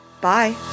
Bye